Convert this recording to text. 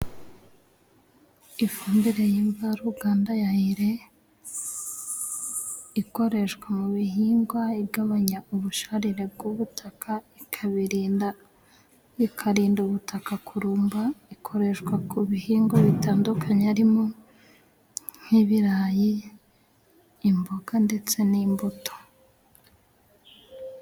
Ifumbire yi mvaruganda ya ire, ikoreshwa mu bihingwa igabanya ubusharire bw'ubutaka ikabirinda, ikarinda ubutaka kurumba ikoreshwa ku bihingwa bitandukanye harimo: nk'ibirayi, imboga ndetse n'imbuto.